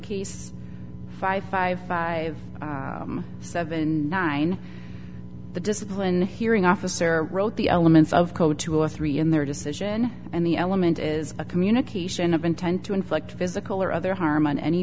case five five five seven nine the discipline hearing officer wrote the elements of code two or three in their decision and the element is a communication of intent to inflict physical or other harm on any